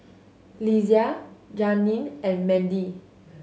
Lesia Janeen and Mandy